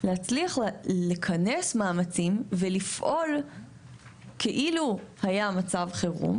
להצליח לכנס מאמצים לפעול כאילו היה מצב חירום.